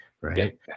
right